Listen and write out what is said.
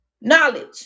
knowledge